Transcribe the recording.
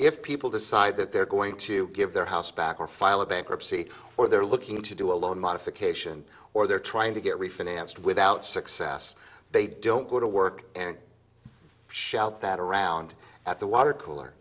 if people decide that they're going to give their house back or file a bankruptcy or they're looking to do a loan modification or they're trying to get refinanced without success they don't go to work and shout that around at the water cooler